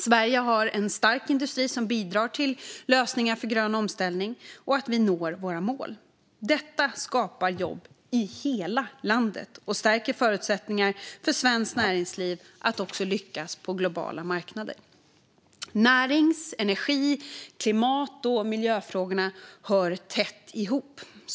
Sverige har en stark industri som bidrar till lösningar för grön omställning och att vi når våra mål. Detta skapar jobb i hela landet och stärker förutsättningarna för svenskt näringsliv att också lyckas på globala marknader. Närings, energi, klimat och miljöfrågor hör tätt ihop.